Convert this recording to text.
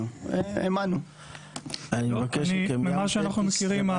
ממה שאנחנו מכירים,